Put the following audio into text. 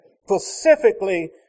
specifically